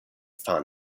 fan